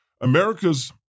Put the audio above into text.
America's